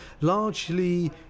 largely